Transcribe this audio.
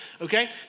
Okay